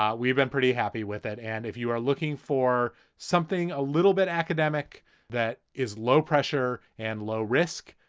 um we've been pretty happy with it. and if you are looking for something a little bit academic that is low pressure and low risk,